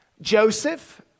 Joseph